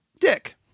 Dick